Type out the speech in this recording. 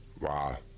Wow